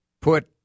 put